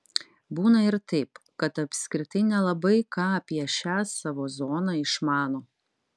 būna ir taip kad apskritai nelabai ką apie šią savo zoną išmano